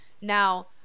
now